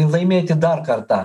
laimėti dar kartą